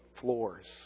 floors